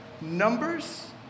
numbers